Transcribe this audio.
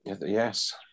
Yes